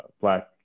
black